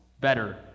better